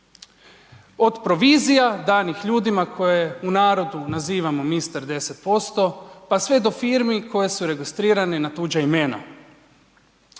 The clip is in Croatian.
od provizija danih ljudima koje u narodu nazivamo mister 10%, pa sve do firmi koje su registrirane na tuđa imena.